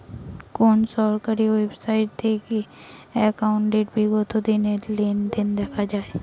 কোন সরকারি ওয়েবসাইট থেকে একাউন্টের বিগত দিনের লেনদেন দেখা যায়?